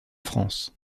france